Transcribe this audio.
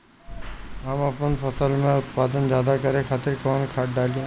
हम आपन फसल में उत्पादन ज्यदा करे खातिर कौन खाद डाली?